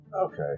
Okay